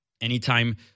anytime